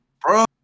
Bro